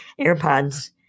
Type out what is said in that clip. airpods